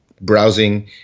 browsing